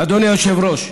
אדוני היושב-ראש,